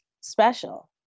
special